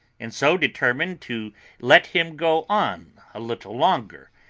and so determined to let him go on a little longer,